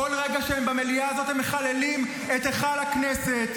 כל רגע שהם במליאה הזו הם מחללים את היכל הכנסת.